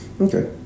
Okay